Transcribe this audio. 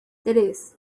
tres